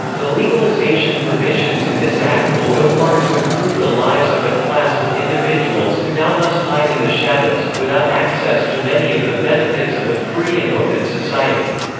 the legalization provisions in this act will go far to improve the lives of a class of individuals who now must hide in the shadows, without access to many of the benefits of a free and open society.